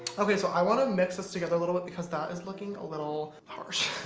okay. so i want to mix us together a little bit because that is looking a little harsh